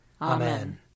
Amen